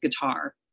guitar